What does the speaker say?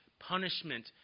punishment